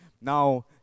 Now